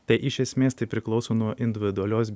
tai iš esmės tai priklauso nuo individualios